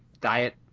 diet